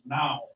now